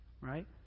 right